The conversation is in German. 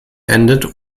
endet